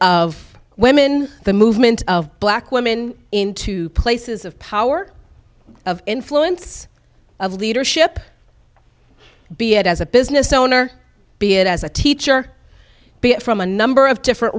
of women the movement of black women into places of power of influence of leadership be it as a business owner be it as a teacher be it from a number of different